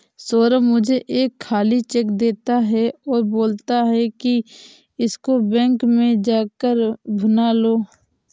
सौरभ मुझे एक खाली चेक देता है और बोलता है कि इसको बैंक में जा कर भुना लो